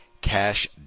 cash